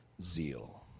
zeal